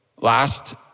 last